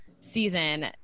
season